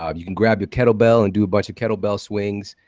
um you can grab your kettlebell, and do a bunch of kettlebell swings.